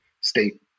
state